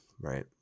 right